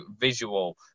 visual